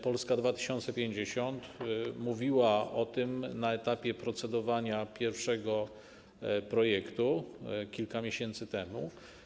Polska 2050 mówiła o tym na etapie procedowania nad pierwszym projektem kilka miesięcy temu.